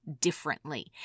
differently